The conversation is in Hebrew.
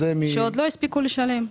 שעוד לא הספיקו לשלם.